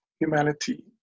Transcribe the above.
humanity